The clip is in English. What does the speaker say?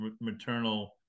maternal